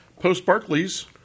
post-Barclays